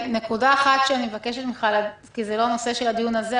נקודה אחת שאני מבקשת ממך כי זה לא הנושא של הדיון הזה,